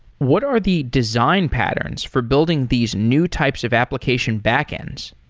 what are the design patterns for building these new types of application back-ends?